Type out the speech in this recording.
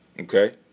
Okay